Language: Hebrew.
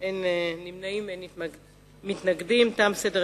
(חזקת מסירה לעניין נהיגה בזמן פסילה),